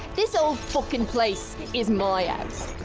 this whole fuckin' place. is my ah